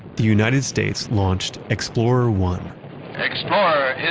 the united states launched explorer one explorer and